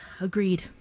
Agreed